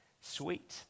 sweet